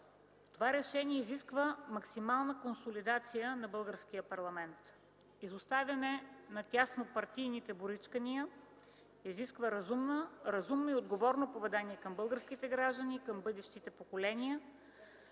Това решение изисква максимална консолидация на българския парламент, изоставяне на теснопартийните боричкания, изисква разумно и отговорно поведение към българските граждани и бъдещите поколения